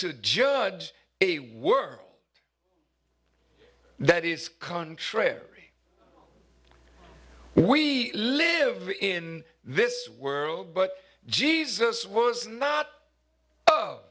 to judge a word that is contrary we live in this world but jesus was not o